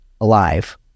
alive